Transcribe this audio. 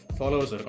followers